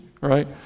right